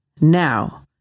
now